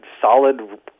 solid